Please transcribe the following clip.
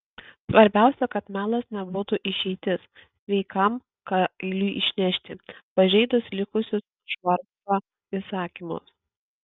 svarbiausia kad melas nebūtų išeitis sveikam kailiui išnešti pažeidus likusius švarco įsakymus